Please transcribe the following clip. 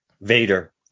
vader